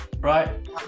right